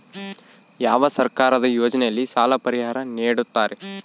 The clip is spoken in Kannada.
ಯಾವ ಸರ್ಕಾರದ ಯೋಜನೆಯಲ್ಲಿ ಸಾಲ ಪರಿಹಾರ ನೇಡುತ್ತಾರೆ?